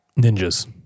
Ninjas